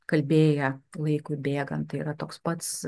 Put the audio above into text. kalbėję laikui bėgant tai yra toks pats